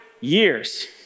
years